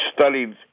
studied